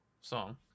song